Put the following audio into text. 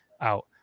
out